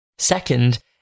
Second